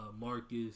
Marcus